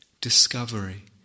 discovery